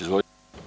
Izvolite.